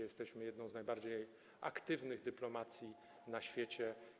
Jesteśmy jedną z najbardziej aktywnych dyplomacji na świecie.